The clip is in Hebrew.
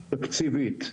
תקציבית.